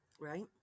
right